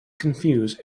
confuse